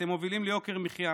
ואתם מובילים ליוקר מחיה,